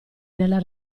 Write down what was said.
nella